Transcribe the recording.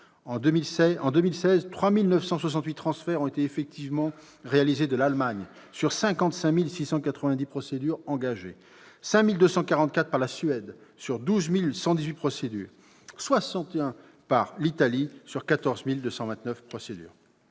En 2016, 3 968 transferts ont été effectivement réalisés par l'Allemagne, sur 55 690 procédures engagées, contre 5 244 par la Suède, sur 12 118 procédures, et 61 par l'Italie, sur 14 229 procédures